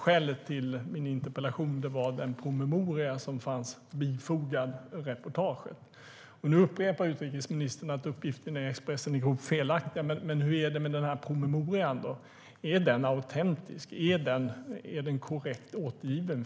Skälet till min interpellation var den promemoria som fanns bifogad reportaget. Nu upprepar utrikesministern att uppgifterna i Expressen är grovt felaktiga, men hur är det med promemorian? Är den autentisk? Är den korrekt återgiven?